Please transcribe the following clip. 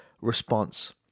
response